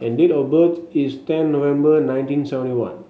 and date of birth is ten November nineteen seventy one